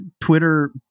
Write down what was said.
Twitter